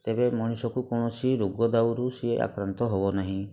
ତେବେ ମଣିଷକୁ କୌଣସି ରୋଗ ଦାଉରୁ ସିଏ ଆକ୍ରାନ୍ତ ହବ ନାହିଁ